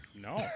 No